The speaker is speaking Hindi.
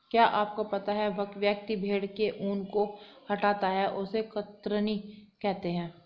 क्या आपको पता है व्यक्ति भेड़ के ऊन को हटाता है उसे कतरनी कहते है?